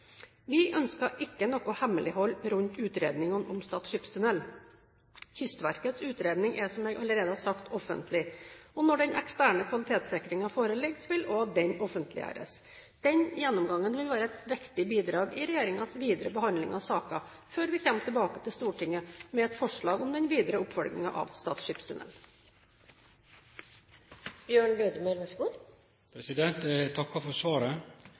Vi ønsker ikke noe hemmelighold rundt utredningene om Stad skipstunnel. Kystverkets utredning er som jeg allerede har sagt, offentlig. Når den eksterne kvalitetssikringen foreligger, vil også den offentliggjøres. Denne gjennomgangen vil være et viktig bidrag i regjeringens videre behandling av saken før vi kommer tilbake til Stortinget med et forslag om den videre oppfølging av